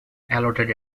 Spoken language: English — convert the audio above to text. allotted